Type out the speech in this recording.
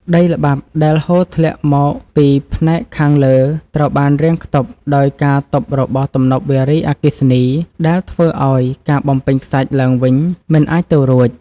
ដីល្បាប់ដែលហូរធ្លាក់មកពីផ្នែកខាងលើត្រូវបានរាំងខ្ទប់ដោយការទប់របស់ទំនប់វារីអគ្គិសនីដែលធ្វើឱ្យការបំពេញខ្សាច់ឡើងវិញមិនអាចទៅរួច។